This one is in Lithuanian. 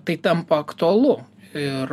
tai tampa aktualu ir